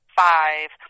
five